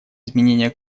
изменения